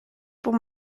pour